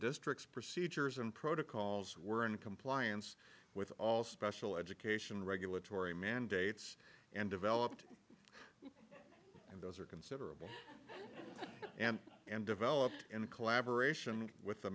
districts procedures and protocols were in compliance with all special education regulatory mandates and developed and those are considerable and am developed in collaboration with the